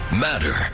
matter